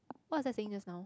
what was I saying just now